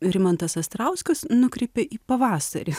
rimantas astrauskas nukreipė į pavasarį